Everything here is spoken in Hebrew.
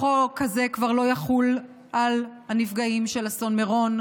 החוק הזה כבר לא יחול על הנפגעים של אסון מירון,